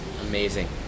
amazing